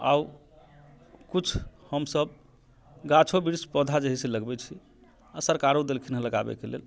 आओर कुछ हम सभ गाछो वृक्ष पौधा जे है से लगबे छी आ सरकारो देलखिन हेँ लगाबैके लेल